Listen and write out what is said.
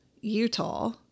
Utah